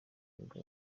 nibwo